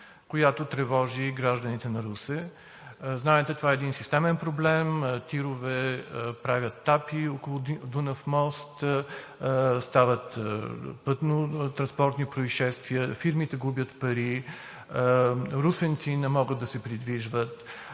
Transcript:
която тревожи гражданите на Русе. Знаете, че това е един системен проблем – тирове правят тапи около Дунав мост, стават пътно-транспортни произшествия, фирмите губят пари, русенци не могат да се придвижват.